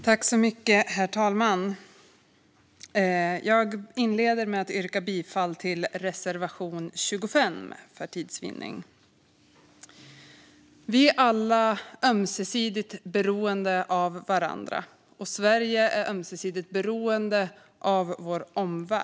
Herr talman! Jag inleder med att yrka bifall till reservation 25. Vi är alla ömsesidigt beroende av varandra. Sverige och vår omvärld är ömsesidigt beroende av varandra.